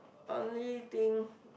only thing